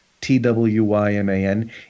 T-W-Y-M-A-N